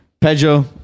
Pedro